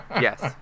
Yes